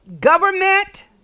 government